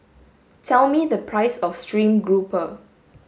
tell me the price of stream grouper